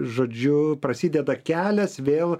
žodžiu prasideda kelias vėl